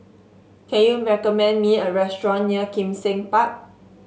can you recommend me a restaurant near Kim Seng Park